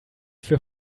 für